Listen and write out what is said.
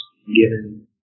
given